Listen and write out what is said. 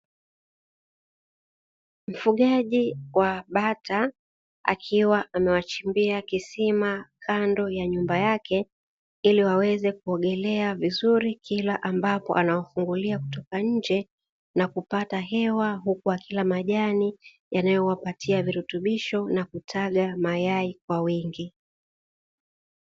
Mfugaji wa bata akiwa amewachimbia kisima kando ya nyumba yake, ili waweze kuogelea vizuri kila ambapo anawafungulia kutoka nje na kupata hewa huku wa kila majani yanayowapatia virutubisho na kutaga mayai kwa wingi.